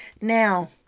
Now